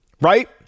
right